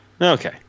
Okay